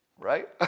Right